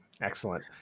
Excellent